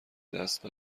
دست